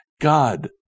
God